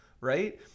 right